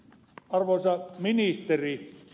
arvoisa ministeri